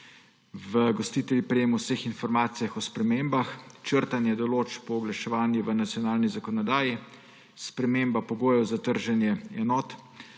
zagotavljanje prejema vseh informacij o spremembah, črtanje določb pooblaščevanja v nacionalni zakonodaji, sprememba pogojev za trženje enot.